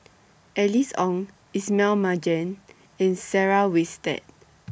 Alice Ong Ismail Marjan and Sarah Winstedt